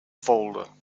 folder